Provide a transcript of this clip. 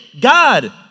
God